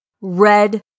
red